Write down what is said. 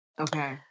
Okay